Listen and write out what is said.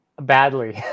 badly